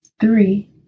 Three